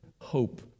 hope